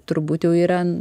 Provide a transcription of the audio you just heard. turbūt jau yra